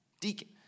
deacon